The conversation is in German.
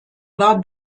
war